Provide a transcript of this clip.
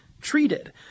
treated